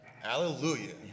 Hallelujah